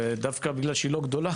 ודווקא בגלל שהיא לא גדולה,